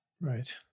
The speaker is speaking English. Right